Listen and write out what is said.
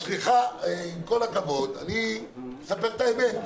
אז סליחה, עם כל הכבוד, אני מספר את האמת.